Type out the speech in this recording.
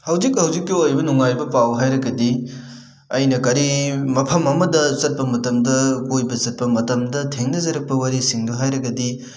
ꯍꯧꯖꯤꯛ ꯍꯧꯖꯤꯛꯀꯤ ꯑꯣꯏꯕ ꯅꯨꯡꯉꯥꯏꯕ ꯄꯥꯎ ꯍꯥꯏꯔꯒꯗꯤ ꯑꯩꯅ ꯀꯔꯤ ꯃꯐꯝ ꯑꯃꯗ ꯆꯠꯄ ꯃꯇꯝꯗ ꯀꯣꯏꯕ ꯆꯠꯄ ꯃꯇꯝꯗ ꯊꯦꯡꯅꯖꯔꯛꯄ ꯋꯥꯔꯤꯁꯤꯡꯗꯨ ꯍꯥꯏꯔꯒꯗꯤ